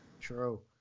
True